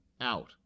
out